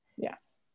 Yes